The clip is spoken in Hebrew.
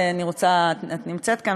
את נמצאת כאן,